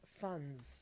funds